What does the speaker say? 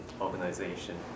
organization